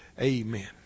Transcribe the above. Amen